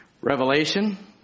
Revelation